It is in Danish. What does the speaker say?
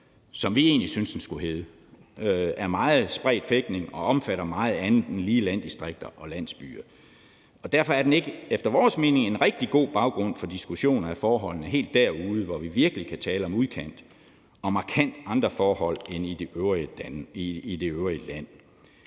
som vi egentlig synes den skulle hedde, meget spredt fægtning og omfatter meget andet lige landdistrikter og landsbyer, og derfor danner den efter vores mening ikke en rigtig god baggrund for diskussioner af forholdene helt derude, hvor vi virkelig kan tale om udkant og markant andre forhold end i det øvrige land